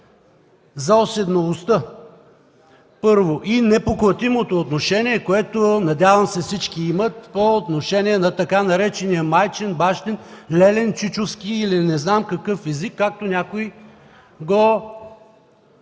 за уседналостта и непоклатимото отношение, което, надявам се, всички имат по отношение на така наречения „майчин, бащин, лелин, чичовски” или не знам какъв език, както някои го